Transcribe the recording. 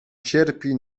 cierpi